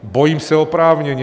Bojím se oprávněně.